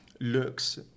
looks